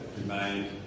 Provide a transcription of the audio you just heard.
remained